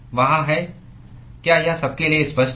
वहाँ हैं क्या यह सबके लिए स्पष्ट है